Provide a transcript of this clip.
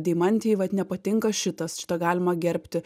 deimantei vat nepatinka šitas šitą galima gerbti